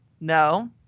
No